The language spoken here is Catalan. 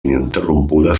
ininterrompuda